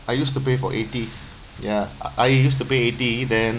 I used to pay for eighty ya I I used to pay eighty then